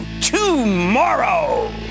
tomorrow